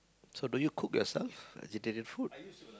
so do you cook yourself vegetarian food